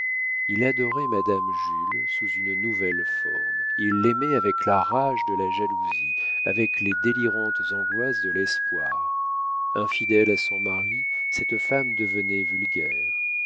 il adorait madame jules sous une nouvelle forme il l'aimait avec la rage de la jalousie avec les délirantes angoisses de l'espoir infidèle à son mari cette femme devenait